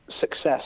success